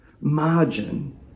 Margin